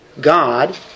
God